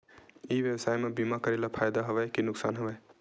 ई व्यवसाय म बीमा करे ले फ़ायदा हवय के नुकसान हवय?